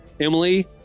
Emily